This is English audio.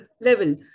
level